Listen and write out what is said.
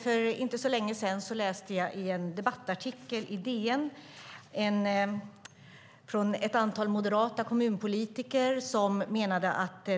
För inte så länge sedan läste jag en debattartikel i DN av ett antal moderata kommunpolitiker som menade att